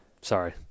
Sorry